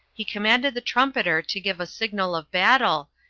he commanded the trumpeter to give a signal of battle,